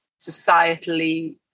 societally